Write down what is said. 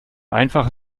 einfach